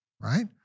right